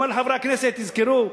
אני אומר לחברי הכנסת: תזכרו,